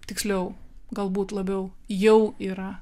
tiksliau galbūt labiau jau yra